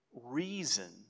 reason